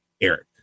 Eric